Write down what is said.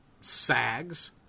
sags